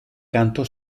canto